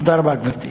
תודה רבה, גברתי.